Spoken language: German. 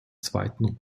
zweiten